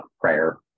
prayer